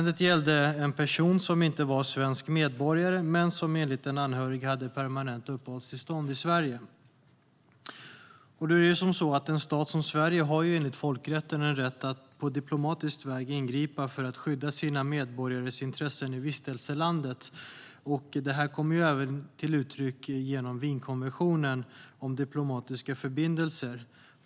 Det gällde en person som inte var svensk medborgare men som enligt en anhörig hade permanent uppehållstillstånd i Sverige. En stat som Sverige har enligt folkrätten rätt att på diplomatisk väg ingripa för att skydda sina medborgares intressen i vistelselandet. Det här kommer även till uttryck i Wienkonventionen om diplomatiska förbindelser.